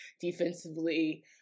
defensively